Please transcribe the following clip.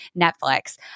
Netflix